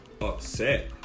upset